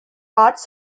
parts